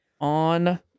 on